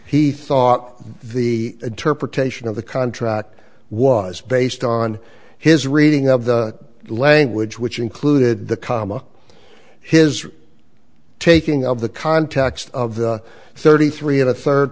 thought the interpretation of the contract was based on his reading of the language which included the comma his taking of the context of the thirty three and a third